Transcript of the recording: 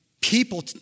people